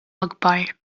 akbar